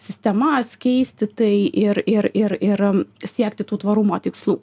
sistemas keisti tai ir ir ir ir siekti tų tvarumo tikslų